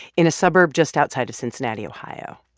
in a suburb just outside of cincinnati, ohio.